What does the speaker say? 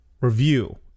review